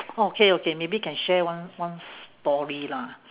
okay okay maybe can share one one story lah